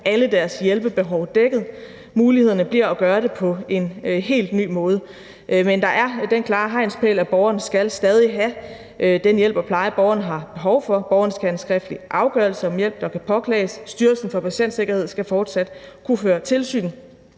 alle deres behov for hjælp dækket. Mulighederne bliver at gøre det på en helt ny måde, men der er den klare hegnspæl, at borgeren stadig skal have den hjælp og pleje, borgeren har behov for, borgeren skal have en skriftlig afgørelse om hjælp, der kan påklages, Styrelsen for Patientsikkerhed skal fortsat kunne føre tilsyn,